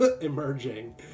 emerging